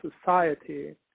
society